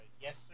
Yes